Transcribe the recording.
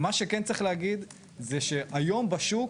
מה שכן צריך להגיד זה שהיום בשוק,